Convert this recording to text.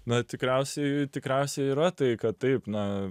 na tikriausiai tikriausiai yra tai kad taip na